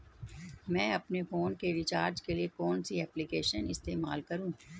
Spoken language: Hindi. मैं अपने फोन के रिचार्ज के लिए कौन सी एप्लिकेशन इस्तेमाल करूँ?